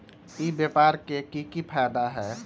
ई व्यापार के की की फायदा है?